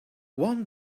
one